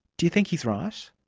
do you think he's right?